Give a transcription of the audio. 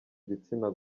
gitsina